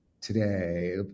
today